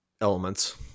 elements